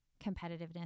competitiveness